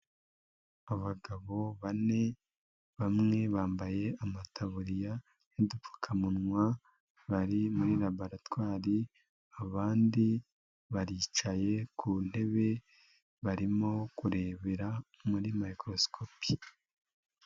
Abagabo bane, bamwe bambaye amataburiya n'udupfukamunwa, bari muri laboratwari, abandi baricaye ku ntebe, barimo kurebera muri mikorosikopi.